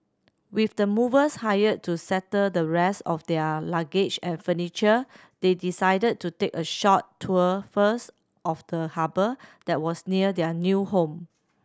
with the movers hired to settle the rest of their luggage and furniture they decided to take a short tour first of the harbour that was near their new home